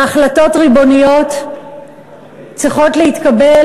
והחלטות ריבוניות צריכות להתקבל,